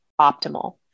optimal